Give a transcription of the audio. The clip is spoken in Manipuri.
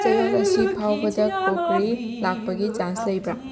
ꯆꯥꯌꯣꯜ ꯑꯁꯤ ꯐꯥꯎꯕꯗ ꯀ꯭ꯔꯣꯛꯀꯔꯤ ꯂꯥꯛꯄꯒꯤ ꯆꯥꯟꯁ ꯂꯩꯕ꯭ꯔ